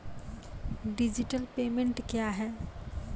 Digital payment क्या हैं?